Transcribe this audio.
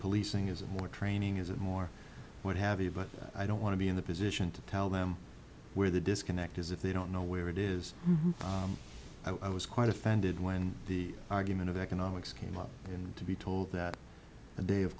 policing is it more training is it more what have you but i don't want to be in the position to tell them where the disconnect is if they don't know where it is i was quite offended when the argument of economics came up and to be told that the day of